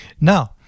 Now